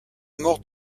mort